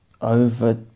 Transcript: over